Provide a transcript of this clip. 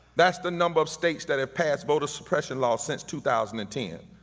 that's the number of states that have passed voter suppression laws since two thousand and ten.